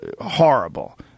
horrible